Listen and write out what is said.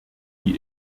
die